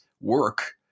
work